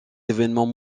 événements